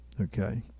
okay